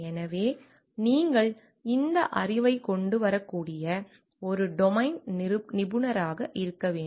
எனவே நீங்கள் இந்த அறிவைக் கொண்டு வரக்கூடிய ஒரு டொமைன் நிபுணராக இருக்க வேண்டும்